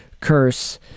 curse